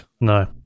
No